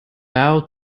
bell